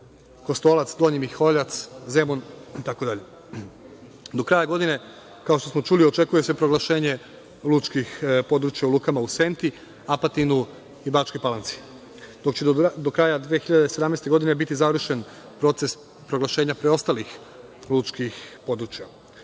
Kostolac, Donji Miholjac, Zemun itd. Do kraja godine očekuje se proglašenje lučkih područja u lukama u Senti, Apatinu i Bačkoj Palanci, dok će do kraja 2017. godine biti završen proces proglašenja preostalih lučkih područja. Ovo